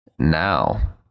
Now